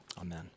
amen